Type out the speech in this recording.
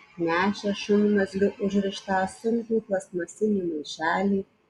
nešė šunmazgiu užrištą sunkų plastmasinį maišelį